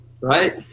right